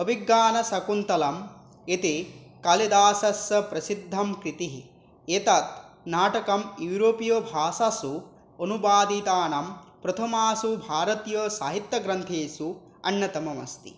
अभिज्ञानशाकुन्तलम् इति कालिदासस्स प्रसिद्धं कृतिः एतत् नाटकम् यूरोपीयो भाषासु अनुवादितानां प्रथमासु भारतीयसाहित्यग्रन्थेसु अन्यतमम् अस्ति